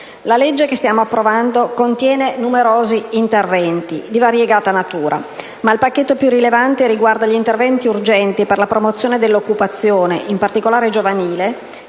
La legge che stiamo approvando contiene numerosi interventi di variegata natura, ma il pacchetto più rilevante riguarda gli interventi urgenti per la promozione dell'occupazione, in particolare giovanile.